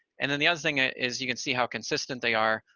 and then the other thing is you can see how consistent they are,